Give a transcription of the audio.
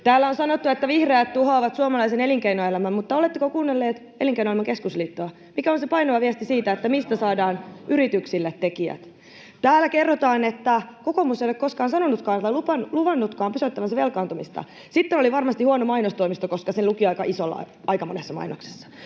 Täällä on sanottu, että vihreät tuhoavat suomalaisen elinkeinoelämän, mutta oletteko kuunnelleet Elinkeinoelämän keskusliittoa, mikä on se painava viesti siitä, mistä saadaan yrityksille tekijät? Täällä kerrotaan, että kokoomus ei ole koskaan luvannutkaan pysäyttävänsä velkaantumista. Sitten oli varmasti huono mainostoimisto, koska se luki aika isolla aika monessa mainoksessa.